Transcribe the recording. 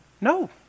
No